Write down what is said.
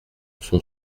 son